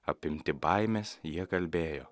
apimti baimės jie kalbėjo